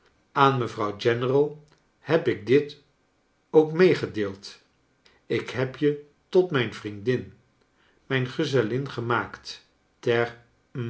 aan mevrouw general heb ik dit ook meegedeeld ik heb je tot mijn vriendin mijn gezellin gemaakt ter